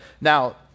now